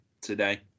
today